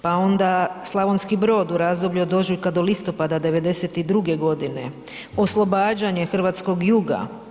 Pa onda Slavonski Brod u razdoblju od ožujka do listopada '92. godine, oslobađanje hrvatskog juga.